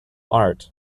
art